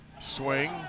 swing